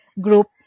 group